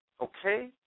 okay